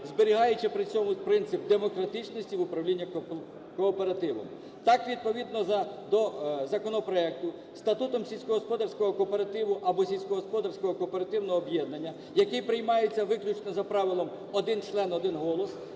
зберігаючи при цьому принцип демократичності в управлінні кооперативом. Так, відповідно до законопроекту статутом сільськогосподарського кооперативну або сільськогосподарського кооперативного об'єднання, який приймається виключно за правилом: один член – один голос,